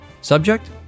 Subject